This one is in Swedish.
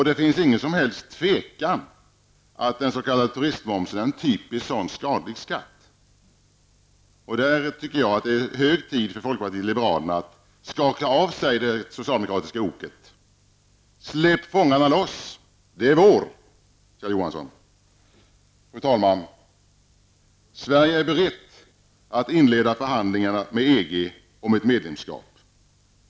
Det finns inget som helst tvivel om att den s.k. turistmomsen är en typisk skadlig skatt. Det är således hög tid för folkpartiet liberalerna att skaka av sig det socialdemokratiska oket. ''Släpp fångarne loss, det är vår'', Kjell Johansson! Fru talman! Sverige är berett att inleda förhandlingar med EG om ett medlemskap.